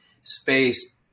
space